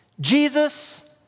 Jesus